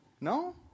No